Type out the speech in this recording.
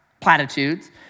platitudes